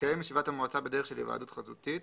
תתקיים ישיבת המועצה בדרך של היוועדות חזותית,